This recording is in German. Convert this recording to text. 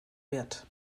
wird